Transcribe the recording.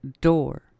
door